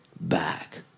back